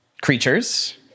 creatures